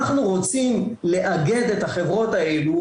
אנחנו רוצים לאגד את החברות האלו,